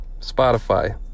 spotify